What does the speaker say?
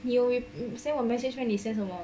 你有 send 我 message meh 你 send 我什么